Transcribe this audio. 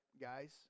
guys